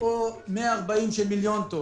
או 140 מחצבות של מיליון טון.